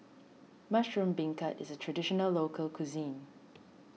Mushroom Beancurd is a Traditional Local Cuisine